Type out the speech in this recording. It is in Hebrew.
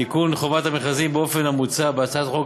תיקון חוק חובת המכרזים באופן המוצע בהצעת החוק